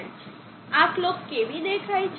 આ કલોક કેવી દેખાય છે